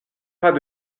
pas